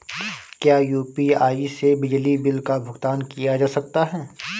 क्या यू.पी.आई से बिजली बिल का भुगतान किया जा सकता है?